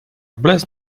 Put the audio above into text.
bless